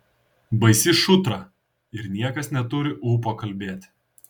baisi šutra ir niekas neturi ūpo kalbėti